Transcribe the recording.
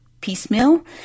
piecemeal